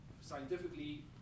scientifically